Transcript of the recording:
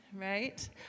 Right